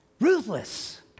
ruthless